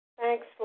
Thanks